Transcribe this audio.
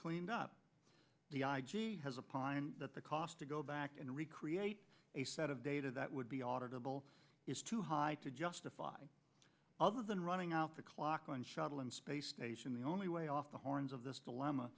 cleaned up the i g has a pi and that the cost to go back and recreate a set of data that would be audible is too high to justify other than running out the clock on shuttle and space station the only way off the horns of this dilemma